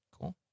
Cool